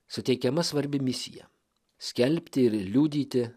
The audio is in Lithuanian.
suteikiama svarbi misija skelbti ir liudyti